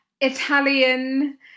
Italian